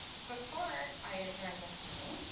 before i adjourn this meeting